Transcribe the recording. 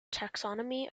taxonomy